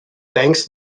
thanks